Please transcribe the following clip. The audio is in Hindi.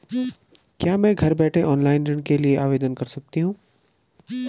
क्या मैं घर बैठे ऑनलाइन ऋण के लिए आवेदन कर सकती हूँ?